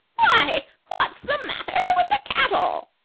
why, what's the matter with the cattle?